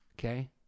okay